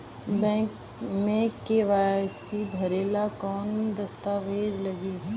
Bank मे KYC भरेला कवन दस्ता वेज लागी?